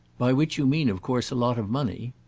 by which you mean of course a lot of money.